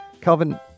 Calvin